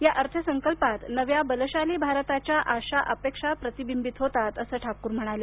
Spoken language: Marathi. या अर्थ संकल्पात नव्या बलशाली भारताच्या आशा अपेक्षा प्रतिबिंबित होतात असं ठाकूर म्हणाले